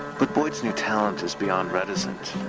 but boyd's new talent is beyond reticent.